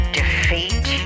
defeat